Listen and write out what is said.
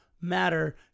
matter